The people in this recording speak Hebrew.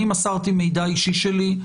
אני מסרתי מידע אישי שלי,